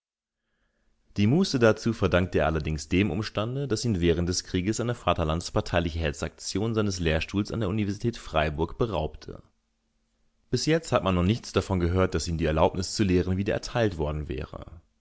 die muße dazu verdankt er allerdings dem umstande daß ihn während des krieges eine vaterlandsparteiliche hetzaktion seines lehrstuhls an der universität freiburg beraubte bis jetzt hat man noch nichts davon gehört daß ihm die erlaubnis zu lehren wieder erteilt worden wäre